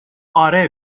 آره